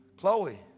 Chloe